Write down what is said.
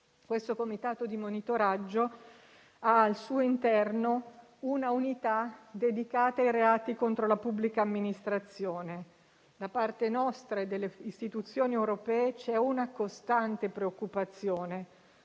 Questo comitato di monitoraggio ha al suo interno una unità dedicata ai reati contro la pubblica amministrazione. Da parte nostra e delle istituzioni europee c'è una costante preoccupazione